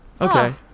Okay